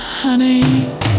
Honey